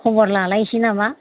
खबर लालायसै नामा